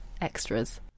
extras